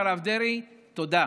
לרב דרעי: תודה.